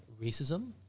racism